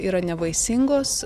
yra nevaisingos